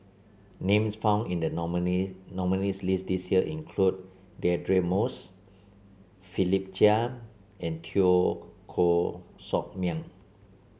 names found in the nominees' list this year include Deirdre Moss Philip Chia and Teo Koh Sock Miang